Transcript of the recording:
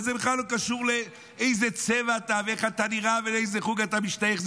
וזה בכלל לא קשור לאיזה צבע אתה ואיך אתה נראה ולאיזה חוג אתה משתייך,